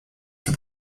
for